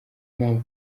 mpamvu